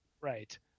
right